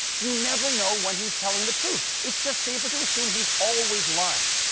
you never know when he's telling the truth. it's just safer to assume he's always lying.